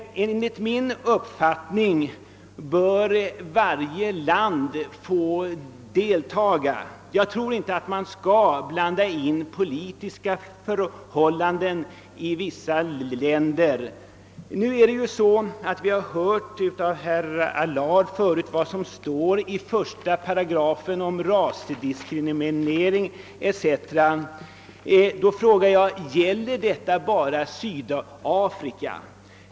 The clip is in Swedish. Enligt min uppfattning bör varje land få deltaga och jag tror inte att man skall blanda in politiska förhållanden i vissa länder i sportsammanhang. Vi har tidigare hört av herr Allard vad som står i 1 § i de olympiska reglerna om rasdiskriminering m.m. Jag vill fråga: Gäller detta bara Sydafrika?